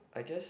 I guess